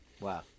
Wow